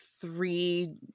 three